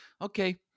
okay